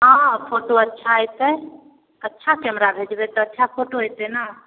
हँ फोटो अच्छा अएतै अच्छा कैमरा भेजबै तऽ अच्छा फोटो अएतै ने